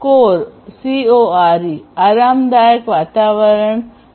core આરામદાયક વાતાવરણ છે